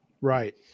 Right